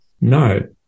No